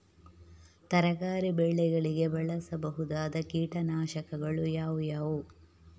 ತರಕಾರಿ ಬೆಳೆಗಳಿಗೆ ಬಳಸಬಹುದಾದ ಕೀಟನಾಶಕಗಳು ಯಾವುವು?